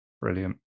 Brilliant